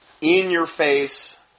in-your-face